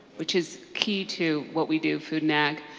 which is key to what we do food and ag.